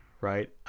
right